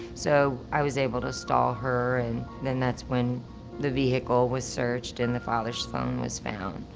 so i was able to stall her, and then that's when the vehicle was searched and the father's phone was found.